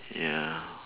ya